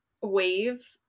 wave